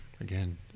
Again